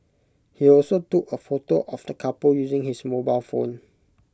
he also took A photo of the couple using his mobile phone